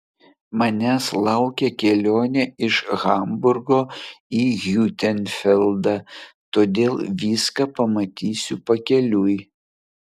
manęs laukia kelionė iš hamburgo į hiutenfeldą todėl viską pamatysiu pakeliui